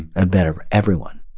a better everyone